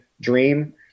dream